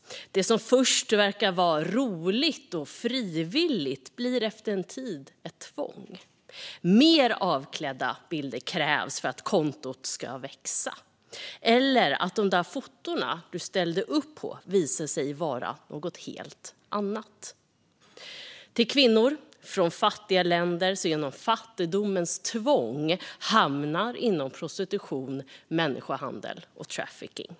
Det som först var roligt och frivilligt blir efter en tid ett tvång, från att mer avklädda bilder krävs för att kontot ska växa eller att de där fotona man ställde upp på visade sig vara något helt annat till att kvinnor från fattiga länder genom fattigdomens tvång hamnar i prostitution, människohandel och trafficking.